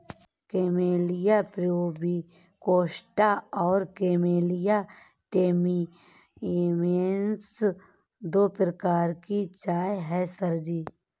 camellia प्यूबिकोस्टा और camellia टैलिएन्सिस दो प्रकार की चाय है सर जी